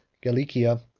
gallicia,